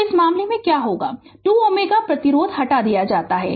तो इस मामले में क्या होगा कि 2 Ω प्रतिरोध हटा दिया जाता है